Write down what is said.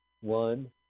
one